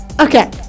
okay